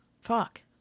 Fuck